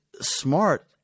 smart